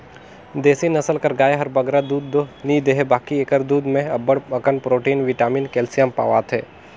देसी नसल कर गाय हर बगरा दूद दो नी देहे बकि एकर दूद में अब्बड़ अकन प्रोटिन, बिटामिन, केल्सियम पवाथे